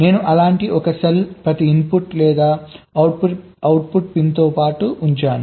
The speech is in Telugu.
నేను అలాంటి ఒక సెల్ ప్రతి ఇన్పుట్ లేదా అవుట్పుట్ పిన్తో పాటు ఉంచాను